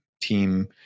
team